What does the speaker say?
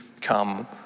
come